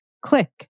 Click